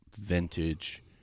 vintage